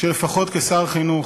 לפחות כשר החינוך,